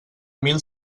mil